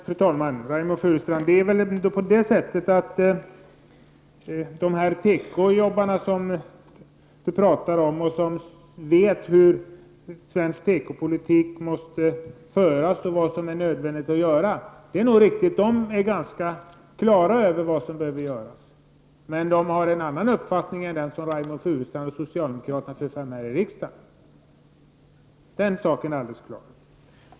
Fru talman! Det är väl på det sättet, Reynoldh Furustrand, att tekoarbetarna vet hur svensk tekopolitik måste föras och vad som är nödvändigt att göra. Det är nog riktigt att de är ganska på det klara med vad som behöver göras. De har emellertid en annan uppfattning än den som Reynoldh Furustrand och socialdemokraterna för fram här i riksdagen. Den saken är alldeles klar.